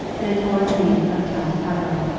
that it bore the name of count pateroff.